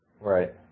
Right